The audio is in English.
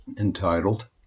entitled